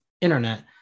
internet